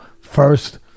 first